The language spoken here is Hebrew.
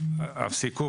שתוקצבה